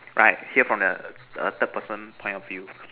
right hear from the a third person point of view